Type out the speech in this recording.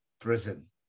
prison